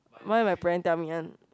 why my parent tell me one